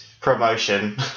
promotion